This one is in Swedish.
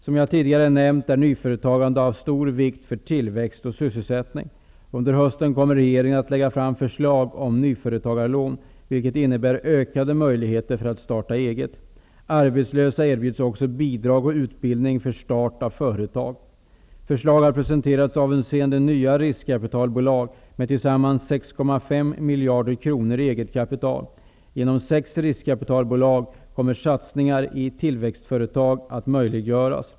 Som jag tidigare nämnt att nyföretagandet av stor vikt för tillväxt och sysselsättning. Under hösten kommer regeringen att lägga fram förslag om nyföretagarlån, vilket innebär ökade möjligheter för att starta eget. Arbetslösa erbjuds också bidrag och utbildning för start av företag. Förslag har presenterats avseende nya riskkapitalbolag med tillsammans 6,5 miljarder kronor i eget kapital. Genom sex riskkapitalbolag kommer satsningar i tillväxtföretag att möjliggöras.